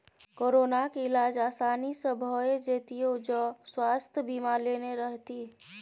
कोरोनाक इलाज आसानी सँ भए जेतियौ जँ स्वास्थय बीमा लेने रहतीह